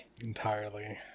entirely